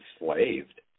enslaved